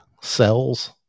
cells